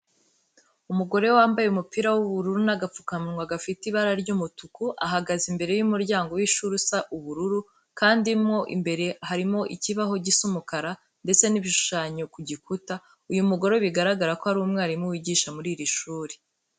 Umugore wambaye umupira w'ubururu n'agapfukamunwa gafite ibara ry'umutuku, ahagaze imbere y'umuryango w'ishuri usa ubururu, kandi mo imbere harimo ikibaho gisa umukara ndetse n'ibishushanyo ku gikuta. Uyu mugore bigaragara ko ari umwarimu wigisha muri iri shuri.